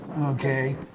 okay